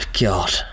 God